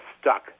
stuck